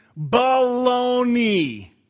Baloney